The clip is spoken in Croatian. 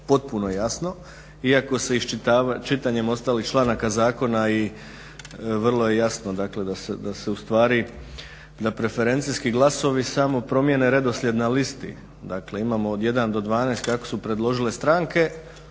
potpuno jasno iako se čitanjem ostalih članaka zakona i vrlo je jasno da se ustvari da preferencijski glasovi samo promjene redoslijed na listi. Dakle imao od 1 do 12 kako su predložile stranke